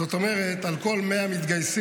זאת אומרת שעל כל 100 מתגייסים,